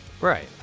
Right